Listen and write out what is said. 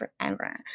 forever